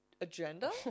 Agenda